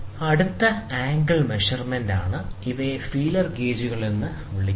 അടുത്തത് angle measurement ആണ് ഇവയെ ഫീലർ ഗേജുകൾ എന്ന് വിളിക്കുന്നു